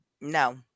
No